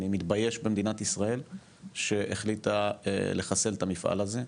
אני מתבייש במדינת ישראל שהחליטה לחסל את המפעל הזה,